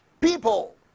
People